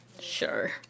sure